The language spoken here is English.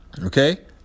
Okay